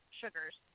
sugars